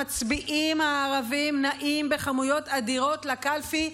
המצביעים הערבים נעים בכמויות אדירות לקלפי,